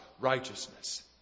righteousness